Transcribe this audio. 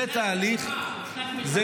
זה תהליך --- שנת מלמה, שנת מלחמה.